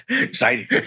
Exciting